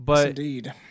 Indeed